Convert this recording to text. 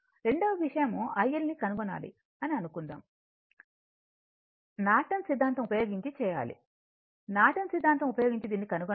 రెండవ విషయం IL ను కనుగొనాలి అని అనుకుందాం నార్టన్ సిద్ధాంతం ఉపయోగించి చేయాలి నార్టన్ సిద్ధాంతం ఉపయోగించి దీన్ని కనుగొనాలి